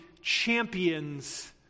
champions